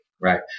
right